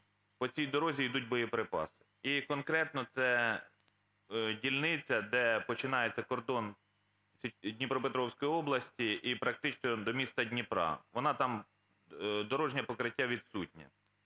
по цій дорозі ідуть боєприпаси. І конкретно це дільниця, де починається кордон Дніпропетровської області і практично до міста Дніпра. Воно там, дорожнє покриття, відсутнє.